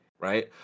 right